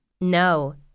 No